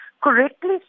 Correctly